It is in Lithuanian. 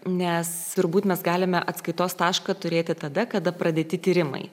nes turbūt mes galime atskaitos tašką turėti tada kada pradėti tyrimai